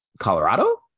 Colorado